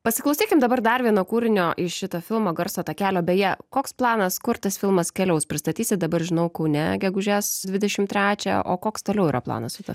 pasiklausykim dabar dar vieno kūrinio iš šito filmo garso takelio beje koks planas kur tas filmas keliaus pristatysit dabar žinau kaune gegužės dvidešim trečią o koks toliau yra planas su tuo